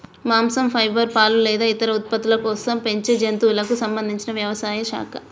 మాంసం, ఫైబర్, పాలు లేదా ఇతర ఉత్పత్తుల కోసం పెంచే జంతువులకు సంబంధించిన వ్యవసాయ శాఖ